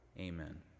Amen